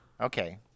Okay